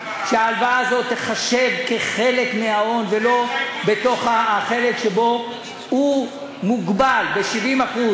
שההלוואה הזאת תיחשב כחלק מההון ולא בתוך החלק שבו הוא מוגבל ב-70%.